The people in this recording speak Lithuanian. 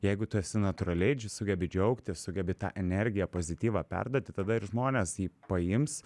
jeigu tu esi natūraliai sugebi džiaugtis sugebi tą energiją pozityvą perduoti tada ir žmonės jį paims